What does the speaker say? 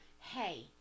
hey